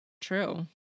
True